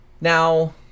Now